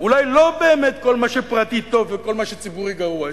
אולי לא באמת כל מה שפרטי טוב וכל מה שציבורי גרוע?